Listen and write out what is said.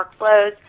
workflows